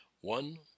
One